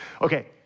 Okay